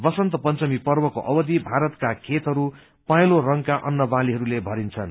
वसन्त पंचमी पर्वको अवधि भारतका खेतहरू पहेंलो रंगका फसलहरूले भरिन्छन्